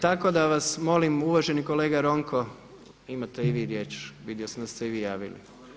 Tako da vas molim uvaženi kolega Ronko imate i vi riječ, vidio sam da ste se i vi javili.